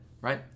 right